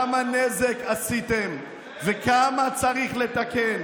כמה נזק עשיתם וכמה צריך לתקן.